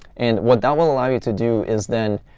and what that will allow you to do is then